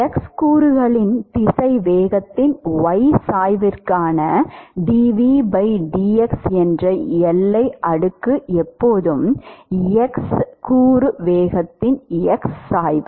x கூறுகளின் திசைவேகத்தின் y சாய்வான dvdx என்ற எல்லை அடுக்கு எப்போதும் x கூறு வேகத்தின் x சாய்வு